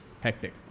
hectic